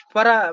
Para